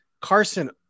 Carson